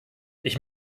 ich